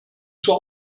zur